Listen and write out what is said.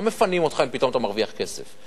לא מפנים אותך אם פתאום אתה מרוויח כסף.